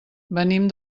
venim